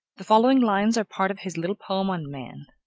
the following lines are part of his little poem on man.